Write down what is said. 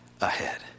ahead